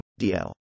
dl